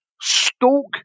Stalk